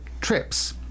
trips